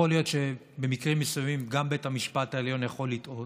יכול להיות שבמקרים מסוימים גם בית המשפט העליון יכול לטעות.